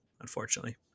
unfortunately